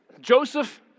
Joseph